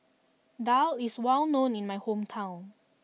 Daal is well known in my hometown